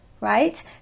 right